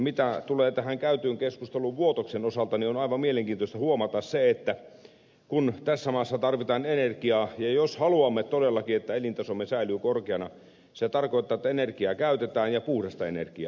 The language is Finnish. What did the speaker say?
mitä tulee tähän käytyyn keskusteluun vuotoksen osalta on aivan mielenkiintoista huomata se että kun tässä maassa tarvitaan energiaa niin jos haluamme todellakin että elintasomme säilyy korkeana sehän tarkoittaa että energiaa käytetään ja puhdasta energiaa